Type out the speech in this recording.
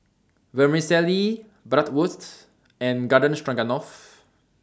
Vermicelli Bratwurst and Garden Stroganoff